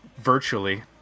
virtually